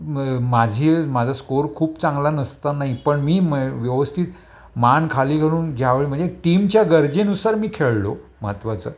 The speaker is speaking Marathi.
म माझी माझा स्कोअर खूप चांगला नसता नाही पण मी म व्यवस्थित मानखाली करून ज्यावेळी म्हणजे टीमच्या गरजेनुसार मी खेळलो महत्वाचं